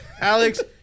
Alex